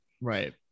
right